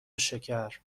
شکر